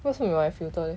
为什么你买 filter leh